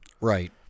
right